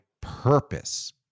purpose